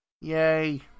Yay